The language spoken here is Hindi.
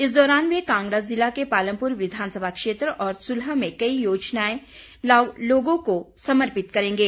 इस दौरान वे कांगड़ा जिला के पालमपुर विधानसभा क्षेत्र और सुलह में कई योजनायें लोगों को समर्पित करेंगे